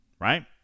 right